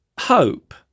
hope